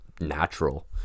natural